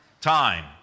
time